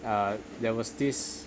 uh there was this